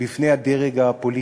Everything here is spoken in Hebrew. בפני הדרג הפוליטי.